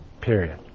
period